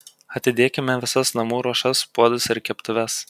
atidėkime visas namų ruošas puodus ir keptuves